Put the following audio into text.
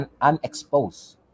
unexposed